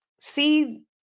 see